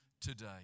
today